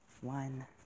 One